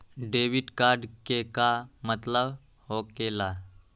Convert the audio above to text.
Debit card के का मतलब होकेला?